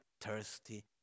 thirsty